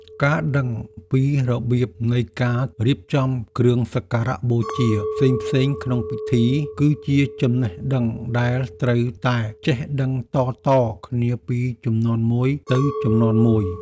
ការដឹងពីរបៀបនៃការរៀបចំគ្រឿងសក្ការបូជាផ្សេងៗក្នុងពិធី គឺជាចំណេះដឹងដែលត្រូវតែចេះដឹងតៗគ្នាពីជំនាន់មួយទៅជំនាន់មួយ។